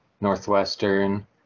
Northwestern